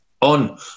on